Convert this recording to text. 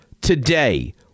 today